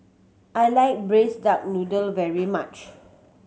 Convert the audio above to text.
I like Braised Duck Noodle very much